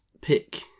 pick